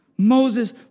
Moses